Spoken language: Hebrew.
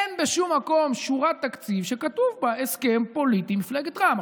אין בשום מקום שורת תקציב שכתוב בה: הסכם פוליטי עם מפלגת רע"מ.